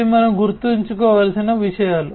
ఇవి మనం గుర్తుంచుకోవలసిన విషయాలు